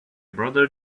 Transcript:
brother